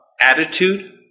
attitude